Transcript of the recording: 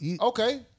Okay